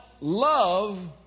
love